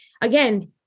again